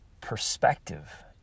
perspective